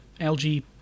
LG